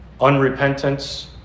unrepentance